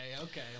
okay